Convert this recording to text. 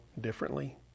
differently